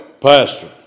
pastor